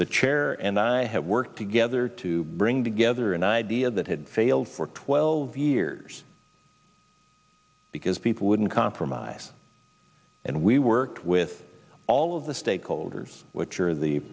the chair and i have worked together to bring together an idea that had failed for twelve years because people wouldn't compromise and we worked with all of the stakeholders which are the